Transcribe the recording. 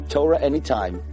TorahAnytime